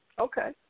okay